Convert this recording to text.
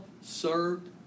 served